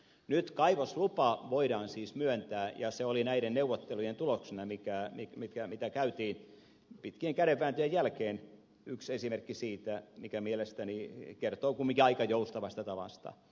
nyt kaivoslupa voidaan siis myöntää ja se oli näiden neuvottelujen tuloksena mitä käytiin pitkien kädenvääntöjen jälkeen yksi esimerkki siitä mikä mielestäni kertoo kumminkin aika joustavasta tavasta